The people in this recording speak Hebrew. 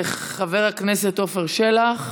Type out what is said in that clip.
חבר הכנסת עפר שלח,